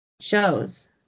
shows